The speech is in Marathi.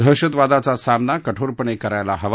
दहशतवादाचा सामना कठोरपणे करायला हवा